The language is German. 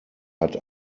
hat